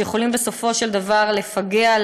שיכולים בסופו של דבר לפגע,